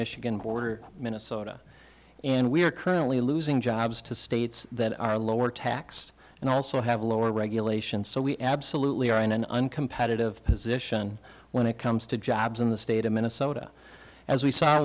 michigan border minnesota and we are currently losing jobs to states that are lower taxed and also have lower regulations so we absolutely are in an uncompetitive position when it comes to jobs in the state of minnesota as we saw